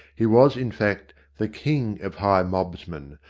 he was, in fact, the king of high mobsmen,